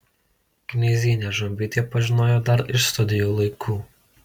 knyzienę žumbytė pažinojo dar iš studijų laikų